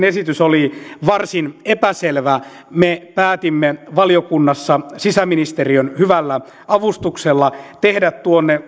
esitys oli varsin epäselvä me päätimme valiokunnassa sisäministeriön hyvällä avustuksella tehdä